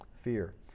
fear